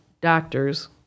doctors